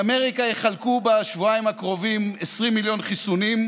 באמריקה יחלקו בשבועיים הקרובים 20 מיליון חיסונים,